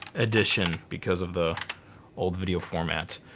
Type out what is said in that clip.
edition because of the old video format.